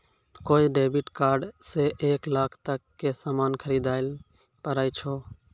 कोय debit card से एक लाख तक के सामान खरीदैल पारै छो